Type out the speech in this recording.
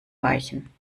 weichen